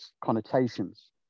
connotations